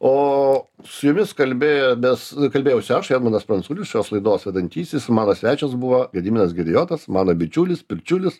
o su jumis kalbėjomės kalbėjausi aš edmundas pranculis šios laidos vedantysis mano svečias buvo gediminas girijotas mano bičiulis pirčiulis